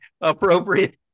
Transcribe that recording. appropriate